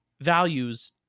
values